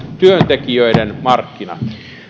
työntekijöiden markkinat